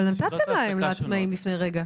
אבל נתתם להם, לעצמאים, לפני רגע?